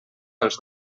pels